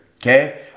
Okay